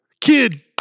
Kid